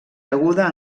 deguda